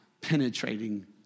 penetrating